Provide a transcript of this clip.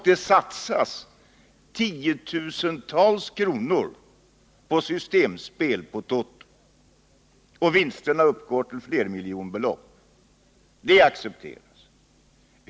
Det satsas tiotusentals kronor på systemspel på toto, och vinsterna kan uppgå till flermiljonbelopp. Det accepteras.